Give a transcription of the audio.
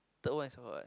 third one is about what